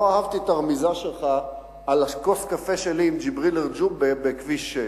לא אהבתי את הרמיזה שלך על כוס הקפה שלי עם ג'יבריל רג'וב בכביש 6,